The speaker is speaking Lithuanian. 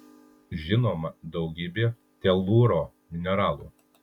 žinoma daugybė telūro mineralų